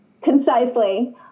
concisely